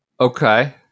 Okay